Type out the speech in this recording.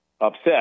upset